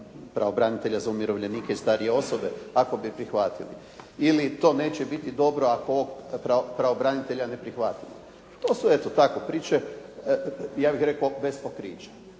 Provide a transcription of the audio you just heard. pravobranitelja za umirovljenike i starije osobe, ako bi prihvatili, ili to neće biti dobro ako ovog pravobranitelja ne prihvatimo. To su, eto tako priče, ja bih rekao bez pokrića.